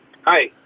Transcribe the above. Hi